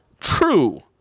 true